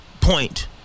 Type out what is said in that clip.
point